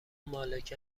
مالک